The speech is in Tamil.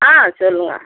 ஆ சொல்லுங்கள்